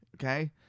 Okay